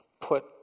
put